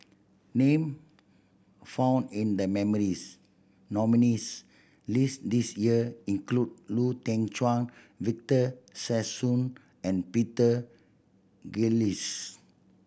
name found in the nominees' list this year include Lau Teng Chuan Victor Sassoon and Peter Gilchrist